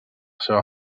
seva